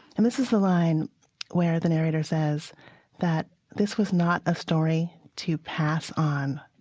and this is the line where the narrator says that this was not a story to pass on.